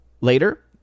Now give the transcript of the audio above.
later